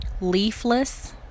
leafless